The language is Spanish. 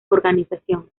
organización